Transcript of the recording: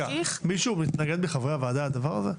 מישהו מחברי הוועדה מתנגד לדבר הזה?